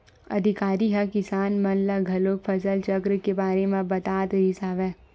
अधिकारी ह किसान मन ल घलोक फसल चक्र के बारे म बतात रिहिस हवय